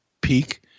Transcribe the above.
peak